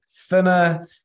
thinner